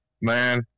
man